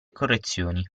correzioni